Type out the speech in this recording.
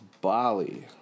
Bali